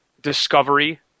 discovery